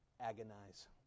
agonize